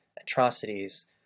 atrocities